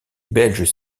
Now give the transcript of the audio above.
belges